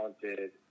talented